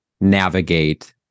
navigate